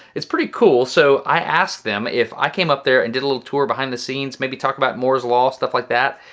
it's pretty cool so i asked them if i came up there and did a little tour behind the scenes, maybe talk about moore's law, stuff like that,